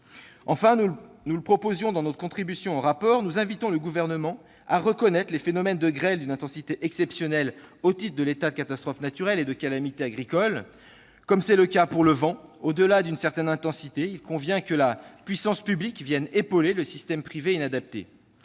Enfin, comme nous le proposions dans notre contribution au rapport, nous invitons le Gouvernement à reconnaître les phénomènes de grêle d'une intensité exceptionnelle des catastrophes naturelles et des calamités agricoles. Comme dans le cas du vent, au-delà d'une certaine intensité, il convient que la puissance publique vienne épauler le système privé inadapté.